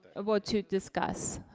ah well to discuss.